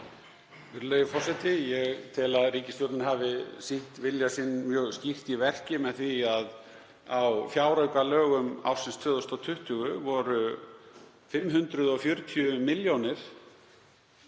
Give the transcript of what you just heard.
Virðulegi forseti. Ég tel að ríkisstjórnin hafi sýnt vilja sinn mjög skýrt í verki með því að á fjáraukalögum ársins 2020 voru 540 milljónir